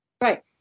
Right